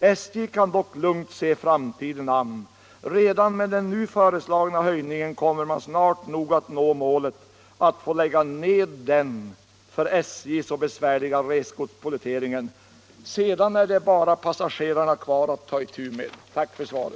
SJ kan dock lugnt se framtiden an. Redan med den nu föreslagna höjningen kommer man snart nog att nå målet: att få lägga ned den - för SJ — så besvärliga resgodspolletteringen. Sedan är det bara passagerarna kvar att ta itu med.” Tack för svaret!